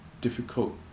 difficult